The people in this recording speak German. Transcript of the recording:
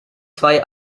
zwei